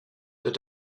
that